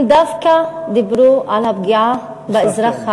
הם דווקא דיברו על הפגיעה באזרח העובד.